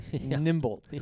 nimble